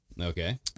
Okay